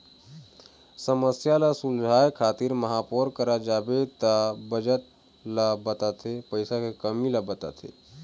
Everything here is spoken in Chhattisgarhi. समस्या ल सुलझाए खातिर महापौर करा जाबे त बजट ल बताथे पइसा के कमी ल बताथे